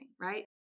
right